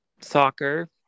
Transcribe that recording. soccer